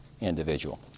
individual